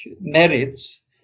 merits